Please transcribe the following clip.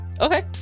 Okay